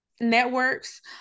networks